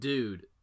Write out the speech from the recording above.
Dude